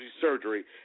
surgery